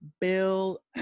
bill